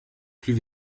plus